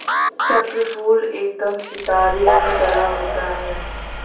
चक्रफूल एकदम सितारे की तरह होता है